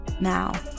Now